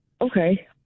Okay